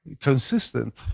Consistent